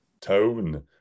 tone